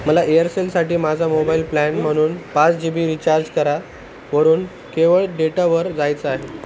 मला एअरसेलसाठी माझा मोबाईल प्लॅन म्हणून पाच जी बी रिचार्ज करा वरून केवळ डेटावर जायचं आहे